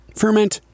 ferment